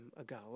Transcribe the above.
ago